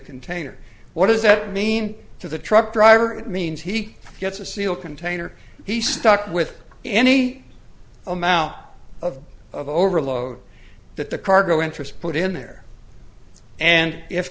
container what does that mean to the truck driver it means he gets a seal container he stuck with any amount of of overload that the cargo interest put in there and if